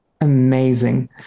Amazing